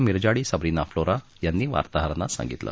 मिरजाडी Sabrina Flora यांनी वार्ताहरांना सांगितलं